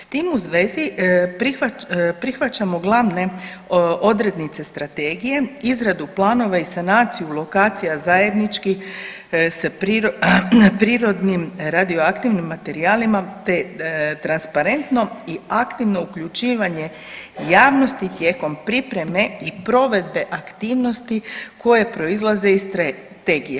S tim u vezi prihvaćamo glavne odrednice strategije, izradu planova i sanaciju lokacija zajednički s prirodnim radioaktivnim materijalima te transparentno i aktivno uključivanje javnosti tijekom pripreme i provedbe aktivnosti koje proizlaze iz strategije.